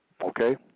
Okay